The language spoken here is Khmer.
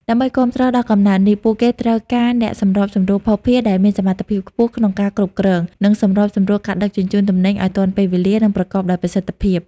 ដើម្បីគាំទ្រដល់កំណើននេះ ពួកគេត្រូវការអ្នកសម្របសម្រួលភស្តុភារដែលមានសមត្ថភាពខ្ពស់ក្នុងការគ្រប់គ្រង និងសម្របសម្រួលការដឹកជញ្ជូនទំនិញឱ្យទាន់ពេលវេលា និងប្រកបដោយប្រសិទ្ធភាព។